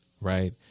right